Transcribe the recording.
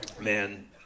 Man